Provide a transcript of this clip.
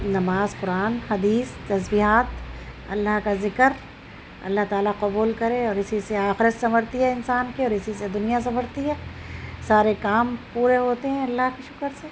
نماز قرآن حدیث تسبیحات اللّہ کا ذکر اللّہ تعالیٰ قبول کرے اور اسی سے آخرت سنورتی ہے انسان کی اور اسی سے دنیا سنورتی ہے سارے کام پورے ہوتے ہیں اللّہ کے شکر سے